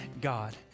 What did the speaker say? god